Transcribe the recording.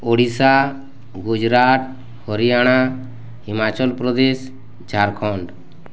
Odisha Gujarat Haryana Himachal Pradesh Jharkhand